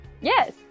Yes